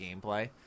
gameplay